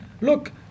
look